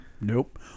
nope